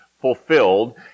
fulfilled